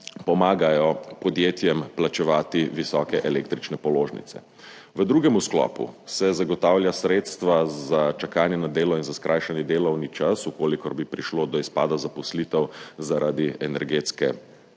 pomagajo podjetjem plačevati visoke električne položnice. V drugem sklopu se zagotavlja sredstva za čakanje na delo in za skrajšani delovni čas, če bi prišlo do izpada zaposlitev zaradi energetske